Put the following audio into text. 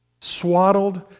swaddled